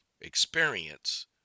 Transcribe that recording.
experience